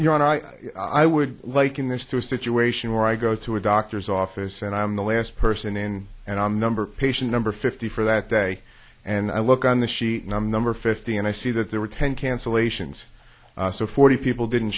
you know and i i would liken this to a situation where i go to a doctor's office and i'm the last person in and i'm number patient number fifty for that day and i look on the sheet and i'm number fifty and i see that there were ten cancellations so forty people didn't